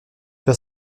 pas